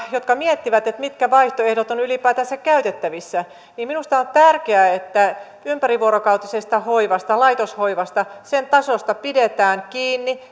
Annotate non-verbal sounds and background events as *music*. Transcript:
jotka miettivät mitkä vaihtoehdot ovat ylipäätänsä käytettävissä minusta on tärkeää että ympärivuorokautisesta hoivasta laitoshoivasta sen tasosta pidetään kiinni *unintelligible*